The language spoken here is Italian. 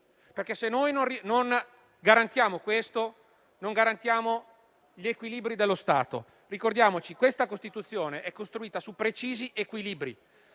perché, se non le garantiamo, non garantiamo gli equilibri dello Stato. Ricordiamoci che la nostra Costituzione poggia su precisi equilibri